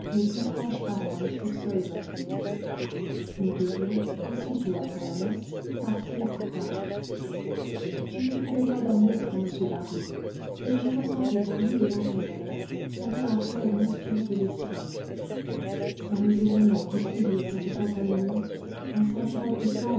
mes plus proches parents y furent seuls invités nous devions aussitôt après la messe partir pour paris je n'éprouvais pas d'amour pour m d'harville mais je ressentais pour lui de l'intérêt son caractère m'inspirait de l'estime sans les événements qui suivirent cette fatale union un sentiment plus